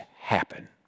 happen